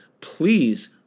please